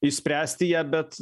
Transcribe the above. išspręsti ją bet